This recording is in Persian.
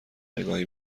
نگاهی